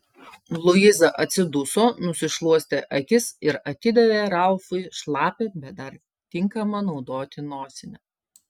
luiza atsiduso nusišluostė akis ir atidavė ralfui šlapią bet dar tinkamą naudoti nosinę